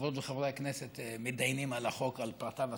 שחברות וחברי הכנסת מתדיינים על החוק על פרטיו הסופיים,